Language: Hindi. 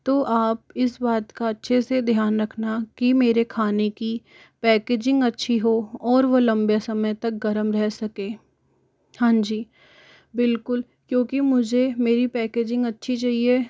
तो आप इस बात का अच्छे से ध्यान रखना कि मेरे खाने की पैकिजींग अच्छी हो और वो लंबे समय तक गर्म रह सके हाँ जी बिल्कुल क्योंकि मुझे मेरी पैकिजींग अच्छी चाहिए